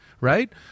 right